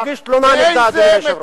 תגיש תלונה נגד, אדוני היושב-ראש.